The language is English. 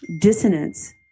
dissonance